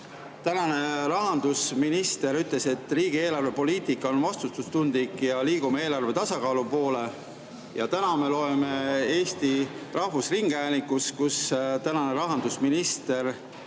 tänane rahandusminister ütles, et riigi eelarvepoliitika on vastutustundlik ja me liigume eelarve tasakaalu poole. Ja täna me loeme Eesti Rahvusringhäälingust, kus tänane rahandusminister